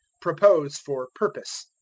propose for purpose,